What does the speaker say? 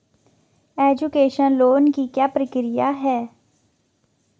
Education loan की क्या प्रक्रिया है?